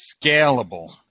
scalable